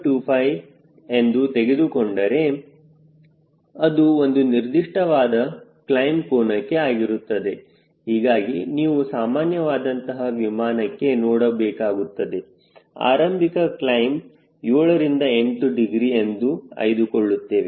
25 ಎಂದು ತೆಗೆದುಕೊಂಡರೆ ಅದು ಒಂದು ನಿರ್ದಿಷ್ಟವಾದ ಕ್ಲೈಮ್ ಕೋನಕ್ಕೆ ಆಗಿರುತ್ತದೆ ಹೀಗಾಗಿ ನೀವು ಸಾಮಾನ್ಯವಾದಂತಹ ವಿಮಾನಕ್ಕೆ ನೋಡಬೇಕಾಗುತ್ತದೆ ಆರಂಭಿಕ ಕ್ಲೈಮ್ 7ರಿಂದ 8 ಡಿಗ್ರಿ ಎಂದು ಆಯ್ದುಕೊಳ್ಳುತ್ತೇವೆ